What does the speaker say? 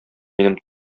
минем